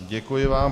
Děkuji vám.